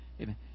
Amen